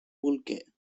bolquer